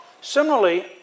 Similarly